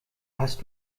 hast